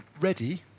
ready